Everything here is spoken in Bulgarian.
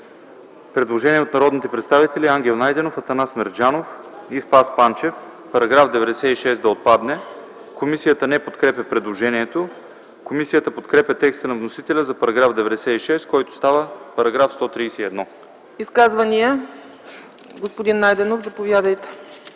Предложение от народните представители Ангел Найденов, Атанас Мерджанов и Спас Панчев -§ 96 да отпадне. Комисията не подкрепя предложението. Комисията подкрепя текста на вносителя за § 96, който става § 131. ПРЕДСЕДАТЕЛ ЦЕЦКА ЦАЧЕВА: Изказвания? Господин Найденов, заповядайте.